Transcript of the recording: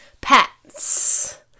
pets